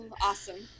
Awesome